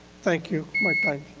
thank you. my time